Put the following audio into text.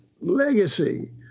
legacy